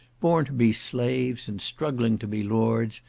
born to be slaves, and struggling to be lords,